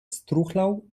struchlał